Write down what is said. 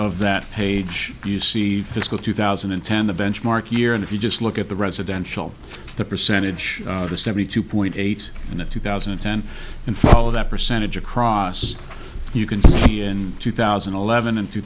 of that page you see fiscal two thousand and ten the benchmark year and if you just look at the residential the percentage was seventy two point eight in the two thousand and ten in fall of that percentage across you can see in two thousand and eleven and two